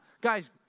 Guys